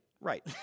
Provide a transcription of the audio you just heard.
Right